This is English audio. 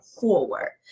forward